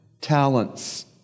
talents